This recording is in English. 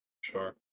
sure